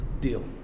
deal